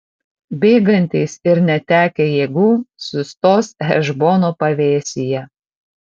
bėgantys ir netekę jėgų sustos hešbono pavėsyje